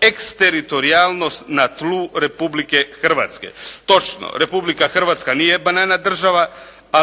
eksteritorijalnost na tlu Republike Hrvatske. Točno, Republika Hrvatska nije banana država pa